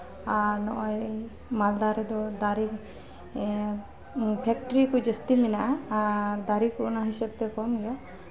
ᱟᱨ ᱱᱚᱜᱼᱚᱭ ᱢᱟᱞᱫᱟ ᱨᱮᱫᱚ ᱫᱟᱨᱮ ᱯᱷᱮᱠᱴᱨᱤ ᱠᱚ ᱡᱟᱹᱥᱛᱤ ᱢᱮᱱᱟᱜᱼᱟ ᱟᱨ ᱫᱟᱨᱮ ᱠᱚ ᱚᱱᱟ ᱦᱤᱥᱟᱹᱵᱛᱮ ᱠᱚᱢ ᱜᱮᱭᱟ